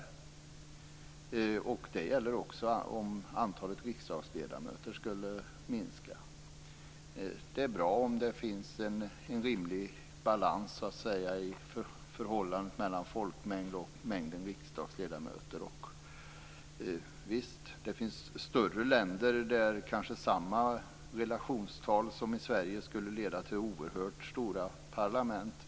Det gäller alltså också om antalet riksdagsledamöter skulle minska. Det är bra om det finns en rimlig balans i förhållandet mellan folkmängd och mängden riksdagsledamöter. Visst finns det större länder där samma relationstal som i Sverige skulle innebära oerhört stora parlament.